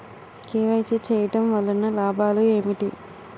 KYC చేయటం వలన లాభాలు ఏమిటి?